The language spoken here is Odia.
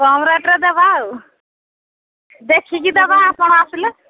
କମ୍ ରେଟ୍ରେ ଦବା ଆଉ ବେଖିକି ଦେବା ଆପଣ ଆସିଲେ